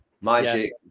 magic